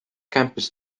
campus